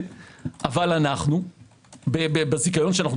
אבל אנחנו בזיכיון,